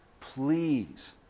please